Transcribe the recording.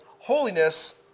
Holiness